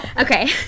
Okay